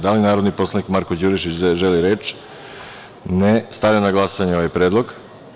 Da li narodni poslanik Marko Đurišić želi reč? (Ne.) Stavljam na glasanje ovaj predlog.